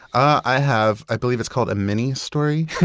i have, i believe it's called a mini-story,